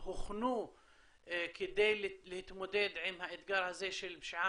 הוכנו כדי להתמודד עם האתגר הזה של פשיעה